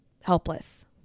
helpless